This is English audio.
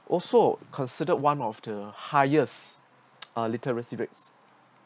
also considered one of the highest uh literacy rates